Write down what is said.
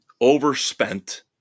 overspent